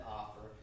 offer